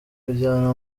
kujyana